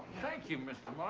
thank you, mr. like